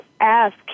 ask